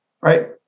right